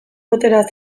boterea